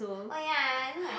oh ya you know like